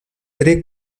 tre